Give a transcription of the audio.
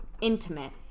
intimate